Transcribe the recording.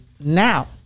now